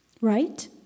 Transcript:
Right